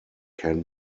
can